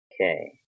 Okay